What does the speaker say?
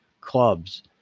clubs